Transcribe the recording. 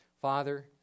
father